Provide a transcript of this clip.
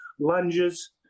Lunges